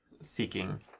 seeking